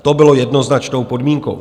To bylo jednoznačnou podmínkou.